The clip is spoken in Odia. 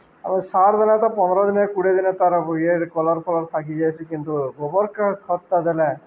ଆମେ ସାର୍ ଦେଲେ ତ ପନ୍ଦ୍ର ଦିନେ କୁଡ଼େ ଦିନେ ତାର୍ ଇଏ କଲର୍ ଫଲର୍ ଫାକି ଯାଏସି କିନ୍ତୁ ଗୋବର୍ କେ ଖତ୍ ଦେଲେ